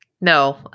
no